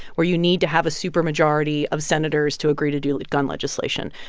where you need to have a supermajority of senators to agree to do gun legislation.